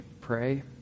pray